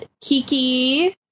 Kiki